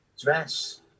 dress